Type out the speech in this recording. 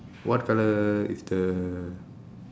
what colour is the